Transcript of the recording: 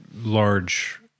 large